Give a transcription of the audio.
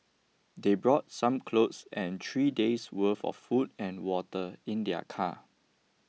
they brought some clothes and three days' worth of food and water in their car